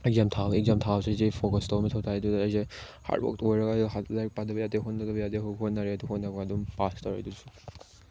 exam ꯊꯥꯕ exam ꯊꯥꯕꯁꯤꯗꯩꯗ focus ꯇꯧꯕ ꯃꯊꯧ ꯇꯥꯏ ꯑꯗꯨꯗ ꯑꯩꯁꯦ ꯍꯥꯔꯠ ꯋꯥꯛ ꯇꯧꯔꯒ ꯂꯥꯏꯔꯤꯛ ꯄꯥꯗꯕ ꯌꯥꯗꯦ ꯍꯣꯠꯅꯗꯕ ꯌꯥꯗꯦ ꯍꯣꯠꯅꯔꯦ ꯑꯗꯨ ꯍꯣꯠꯅꯕꯒ ꯑꯗꯨꯝ ꯄꯥꯁ ꯇꯧꯔꯦ ꯑꯗꯨꯁꯨ